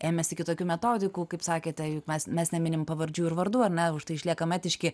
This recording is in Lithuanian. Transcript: ėmėsi kitokių metodikų kaip sakėte juk mes mes neminim pavardžių ir vardų ar ne išliekam etiški